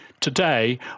Today